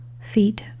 feet